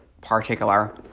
particular